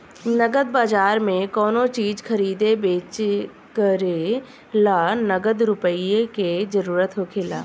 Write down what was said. नगद बाजार में कोनो चीज खरीदे बेच करे ला नगद रुपईए के जरूरत होखेला